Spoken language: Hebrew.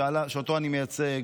שאותו אני מייצג,